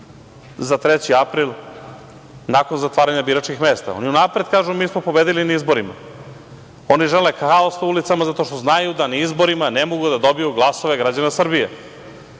za 3. april, nakon zatvaranja biračkih mesta. Oni unapred kažu – mi smo pobedili na izborima. Oni žele haos na ulicama zato što znaju da na izborima ne mogu da dobiju glasove građana Srbije.